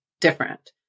different